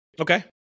Okay